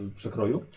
przekroju